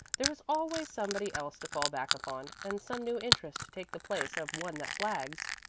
there is always somebody else to fall back upon, and some new interest to take the place of one that flags.